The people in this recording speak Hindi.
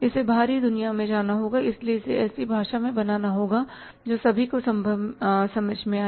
इसे बाहरी दुनिया में जाना है इसलिए इसे ऐसी भाषा में बनाना होगा जो सभी को समझ में आए